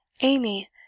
Amy